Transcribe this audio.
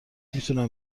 میتونم